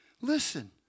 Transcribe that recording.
Listen